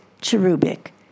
cherubic